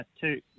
two